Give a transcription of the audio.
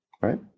right